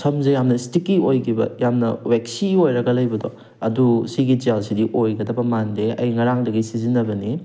ꯁꯝꯁꯦ ꯌꯥꯝꯅ ꯏꯁꯇꯤꯛꯀꯤ ꯑꯣꯏꯈꯤꯕ ꯌꯥꯝꯅ ꯋꯦꯛꯁꯤ ꯑꯣꯏꯔꯒ ꯂꯩꯕꯗꯣ ꯑꯗꯣ ꯁꯤꯒꯤ ꯖꯦꯜ ꯁꯤꯗꯤ ꯑꯣꯏꯒꯗꯕ ꯃꯥꯟꯗꯦ ꯑꯩ ꯉꯔꯥꯡꯗꯒꯤ ꯁꯤꯖꯟꯅꯕꯅꯤ